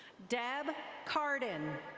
deb cardin.